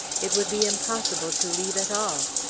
it would be impossible to leave at all.